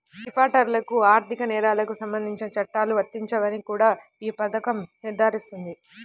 డిఫాల్టర్లకు ఆర్థిక నేరాలకు సంబంధించిన చట్టాలు వర్తించవని కూడా ఈ పథకం నిర్ధారిస్తుంది